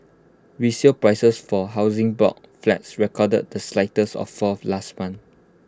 resale prices for Housing Board flats recorded the slightest of falls last month